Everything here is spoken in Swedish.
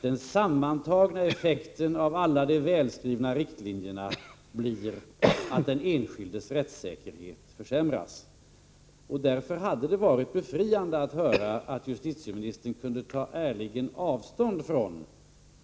Den sammantagna effekten av alla de välskrivna riktlinjerna blir att den enskildes rättssäkerhet försämras. Därför hade det varit befriande att höra att justitieministern kunde ta ärligen avstånd från